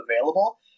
available